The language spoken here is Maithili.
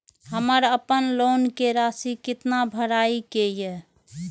हमर अपन लोन के राशि कितना भराई के ये?